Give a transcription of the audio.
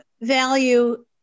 value